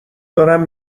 دارم